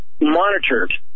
monitored